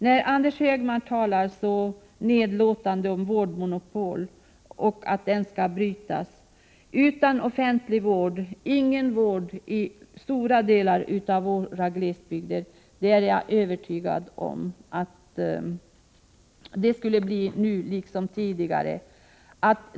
När Anders Högmark talar så nedlåtande om vårdmonopol och säger att den skall brytas måste jag säga: Utan offentlig vård ingen vård i stora delar av våra glesbygder. Jag är övertygad om att det skulle bli som tidigare.